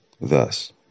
thus